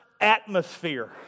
atmosphere